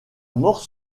mort